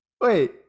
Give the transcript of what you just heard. wait